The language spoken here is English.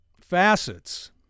facets